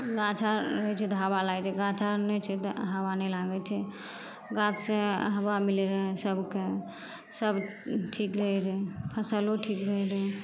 गाछ आर रहै छै तऽ हावा लागै छै गाछ आर नहि छै तऽ हावा नहि लागै छै गाछसॅं हवा मिलै रहै सबके सब ठीक रहै रहै फसलो ठीक होइ रहै